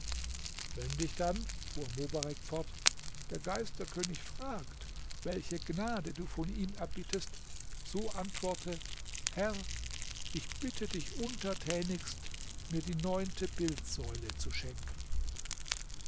wenn dich dann fuhr mobarek fort der geisterkönig fragt welche gnade du von ihm erbittest so antworte herr ich bitte dich untertänigst mir die neunte bildsäule zu schenken